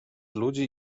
ludzi